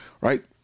right